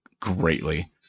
greatly